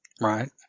Right